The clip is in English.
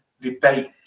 debate